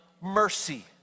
mercy